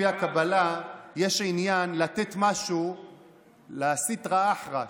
יש עניין לתת משהו לסטרא אחרא,